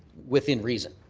within reason.